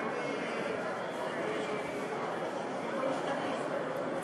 שהם לא משתנים.